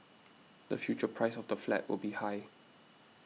the future price of the flat will be high